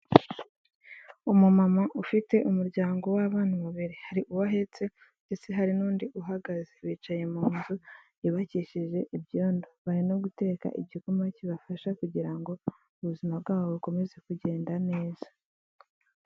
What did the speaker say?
Umumama ufite umuryango w'abana babiri hari uwo ahetse ndetse hari n'undi uhagaze, bicaye mu nzu yubakishije ibyondo, barimo guteka igikoma kibafasha kugira ngo ubuzima bwabo bukomeze kugenda neza.